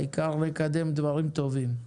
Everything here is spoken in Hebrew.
העיקר לקדם דברים טובים.